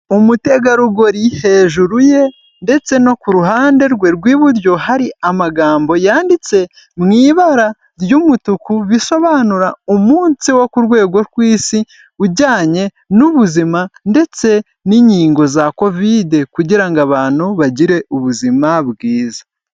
Umutegarugori hejuru ye ndetse no ku ruhande rwe rw'iburyo hari amagambo yanditse mu ibara ry'umutuku, bisobanura umunsi wo ku rwego rw'isi ujyanye n'ubuzima ndetse n'inkingo za kovid kugira ngo abantu bagire ubuzima bwiza.